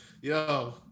yo